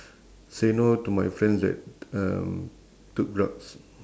say no to my friends that um took drugs